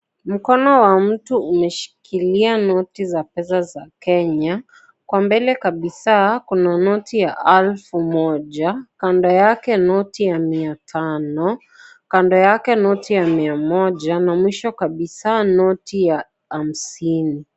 Mkono wa mtu umeshikilia noti za pesa za Kenya. Kwa mbele kabisa, kuna noti ya elfu moja, kando yake noti ya mia tano, kando yake noti ya mia moja na mwisho kabisa noti ya hamsini.